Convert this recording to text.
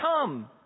come